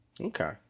Okay